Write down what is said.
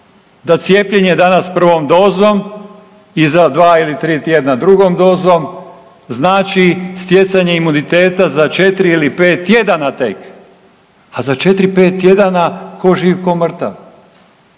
da cijepljenje danas prvom dozom i za dva ili tri tjedna drugom dozom znači stjecanje imuniteta za 4 ili 5 tjedana tek, a za 4-5 tjedana tko živ tko mrtav.